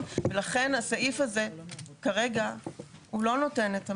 ולכן הסעיף הזה כרגע לדעתנו לא נותן את המענה,